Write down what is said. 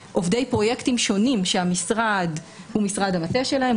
פרויקטים שונים שהמשרד הוא משרד המטה שלהם,